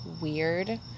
weird